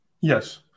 Yes